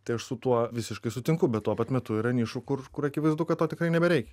tai aš su tuo visiškai sutinku bet tuo pat metu yra nišų kur akivaizdu kad to tikrai nebereikia